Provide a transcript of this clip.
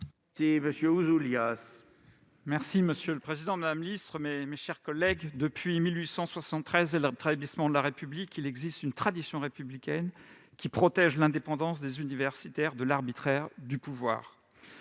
vote. Monsieur le président, madame la ministre, mes chers collègues, depuis 1873 et le rétablissement de la République, il existe une tradition républicaine qui protège l'indépendance des universitaires de l'arbitraire du pouvoir.